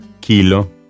kilo